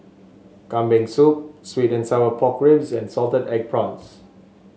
Kambing Soup sweet and Sour Pork Ribs and Salted Egg Prawns